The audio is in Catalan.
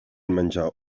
menjar